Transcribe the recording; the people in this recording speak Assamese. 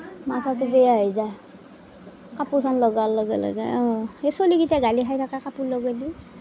মাঠাটো বেয়া হৈ যায় কাপোৰখন লগাৰ লগে লগে ছলিকিটা গালি খাই থাকে কাপোৰ লগালে